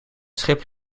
schip